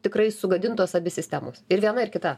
tikrai sugadintos abi sistemos ir viena ir kita